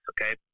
okay